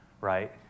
right